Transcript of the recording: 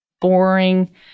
boring